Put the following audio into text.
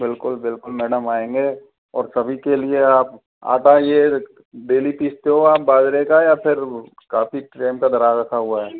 बिल्कुल बिल्कुल मैडम आएंगे और सभी के लिए आप आटा ये डेली पीस्ते हो आप बाजरे का या फिर काफ़ी टाइम का रखा हुआ है